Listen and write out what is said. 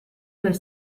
del